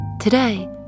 Today